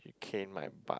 cane my butt